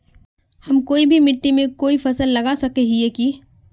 हम कोई भी मिट्टी में कोई फसल लगा सके हिये की?